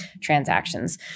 transactions